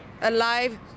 alive